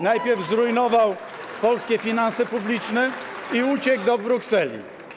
Najpierw zrujnował polskie finanse publiczne i uciekł do Brukseli.